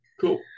cool